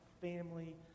family